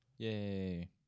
Yay